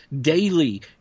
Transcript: daily